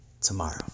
tomorrow